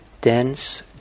dense